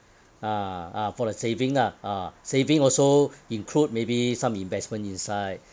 ah ah for the saving ah ah saving also include maybe some investment inside